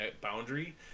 boundary